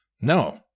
No